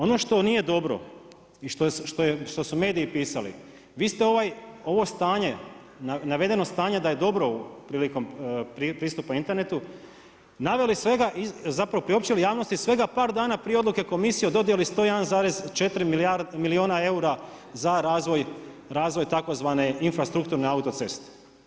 Ono što nije dobro i što su mediji pisali, vi ste ovo stanje, navedeno stanje da je dobro prilikom pristupa internetu naveli svega, zapravo priopćili javnosti svega par dana prije odluke Komisije o dodjeli 101,4 milijuna eura za razvoj tzv. infrastrukturne autoceste.